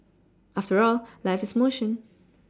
after all life is motion